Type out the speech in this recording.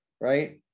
right